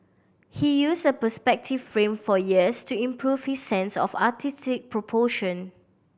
he used a perspective frame for years to improve his sense of artistic proportion